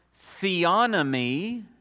theonomy